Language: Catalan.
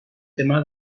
tema